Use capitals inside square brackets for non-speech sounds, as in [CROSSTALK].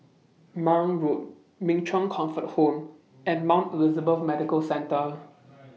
Marang Road Min Chong Comfort Home and Mount Elizabeth Medical Centre [NOISE]